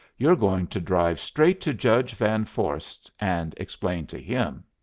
you're going to drive straight to judge van vorst's, and explain to him!